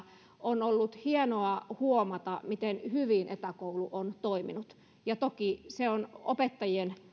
on ollut hienoa huomata miten hyvin etäkoulu on toiminut toki se on opettajien